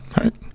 right